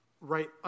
Right